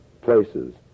places